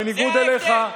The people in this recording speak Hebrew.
בניגוד אליך,